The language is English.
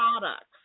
products